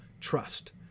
trust